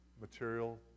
material